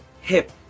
hip